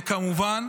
וכמובן,